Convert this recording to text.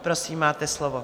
Prosím, máte slovo.